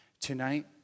tonight